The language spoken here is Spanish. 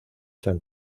san